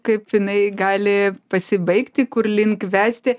kaip jinai gali pasibaigti kur link vesti